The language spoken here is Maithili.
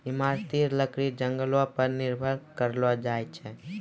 इमारती लकड़ी जंगलो पर निर्भर करलो जाय छै